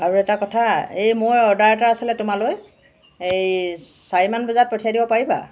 আৰু এটা কথা এই মোৰ অৰ্ডাৰ এটা আছিলে তোমালৈ এই চাৰিমান বজাত পঠিয়াই দিব পাৰিবা